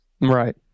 Right